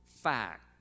fact